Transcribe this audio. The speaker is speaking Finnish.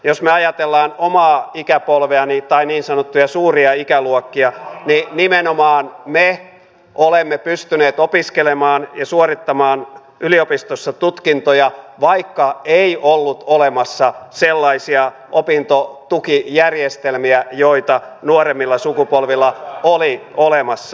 jos me ajattelemme omaa ikäpolveani tai niin sanottuja suuria ikäluokkia niin nimenomaan me olemme pystyneet opiskelemaan ja suorittamaan yliopistossa tutkintoja vaikka ei ollut olemassa sellaisia opintotukijärjestelmiä joita nuoremmilla sukupolvilla on ollut olemassa